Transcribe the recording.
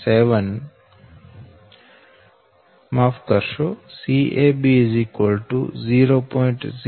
0473 Fm 0